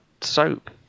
soap